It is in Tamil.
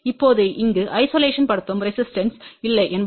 இப்போது இங்கு ஐசோலேஷன் படுத்தும் ரெசிஸ்டன்ஸ் இல்லை என்பதால்